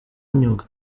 imyuga